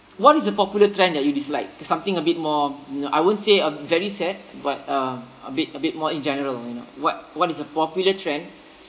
what is a popular trend that you dislike to something a bit more um I won't say um very sad but um a bit a bit more in general you know what what is a popular trend